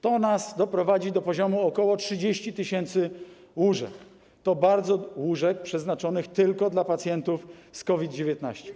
To nas doprowadzi do poziomu ok. 30 tys. łóżek, łóżek przeznaczonych tylko dla pacjentów z COVID-19.